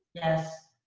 yes.